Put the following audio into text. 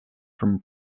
from